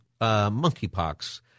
monkeypox